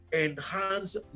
enhance